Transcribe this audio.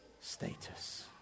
status